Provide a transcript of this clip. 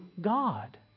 God